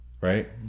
Right